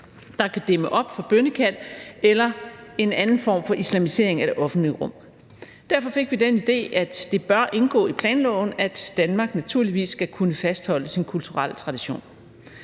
der kan dæmme op for bønnekald eller en anden form for islamisering af det offentlige rum. Derfor fik vi den idé, at det bør indgå i planloven, at Danmark naturligvis skal kunne fastholde sine kulturelle traditioner.